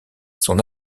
son